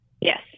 Yes